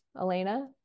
Elena